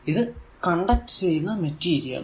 ഇത് കണ്ടക്ട് ചെയ്യുന്ന മെറ്റീരിയൽing material